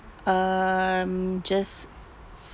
um just